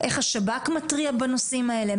איך השב"כ מתריע בנושאים האלה.